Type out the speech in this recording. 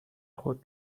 خود